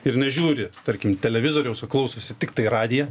ir nežiūri tarkim televizoriaus o klausosi tiktai radiją